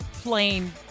plain